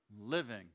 living